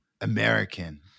American